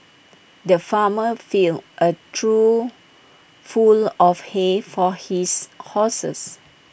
the farmer filled A trough full of hay for his horses